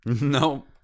No